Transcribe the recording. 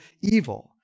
evil